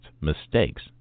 mistakes